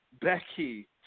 Becky